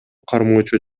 кармоочу